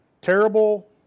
terrible